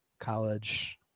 college